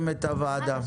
הוועדה.